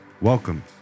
Welcome